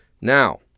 Now